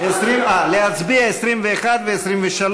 אה, להצביע 21 ו-23.